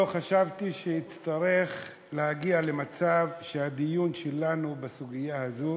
לא חשבתי שאצטרך להגיע למצב שהדיון שלנו בסוגיה הזו